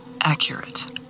accurate